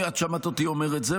את שמעת אותי אומר את זה?